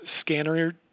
scanner